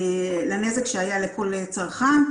לנזק שנגרם לכל צרכן.